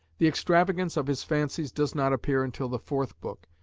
the extravagance of his fancies does not appear until the fourth book,